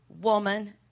woman